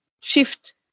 shift